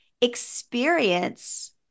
experience